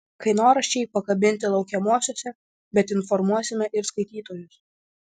kainoraščiai pakabinti laukiamuosiuose bet informuosime ir skaitytojus